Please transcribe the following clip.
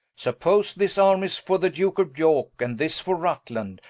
suppose this arme is for the duke of yorke, and this for rutland,